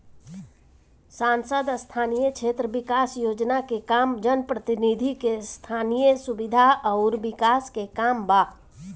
सांसद स्थानीय क्षेत्र विकास योजना के काम जनप्रतिनिधि के स्थनीय सुविधा अउर विकास के काम बा